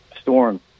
storm